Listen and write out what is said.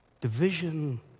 division